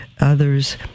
others